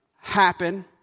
happen